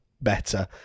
better